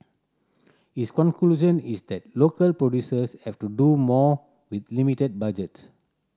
his conclusion is that local producers have to do more with limited budgets